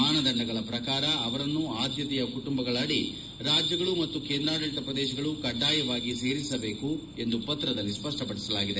ಮಾನದಂಡಗಳ ಶ್ರಕಾರ ಅವರನ್ನು ಆದ್ಭತೆಯ ಕುಟುಂಬಗಳ ಅಡಿ ರಾಜ್ಯಗಳು ಮತ್ತು ಕೇಂದ್ರಾಡಳಿತ ಪ್ರದೇಶಗಳು ಕಡ್ಡಾಯವಾಗಿ ಸೇರಿಸಬೇಕು ಎಂದು ಪತ್ರದಲ್ಲಿ ಸ್ಪಷ್ಪಪಡಿಸಲಾಗಿದೆ